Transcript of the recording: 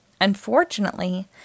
Unfortunately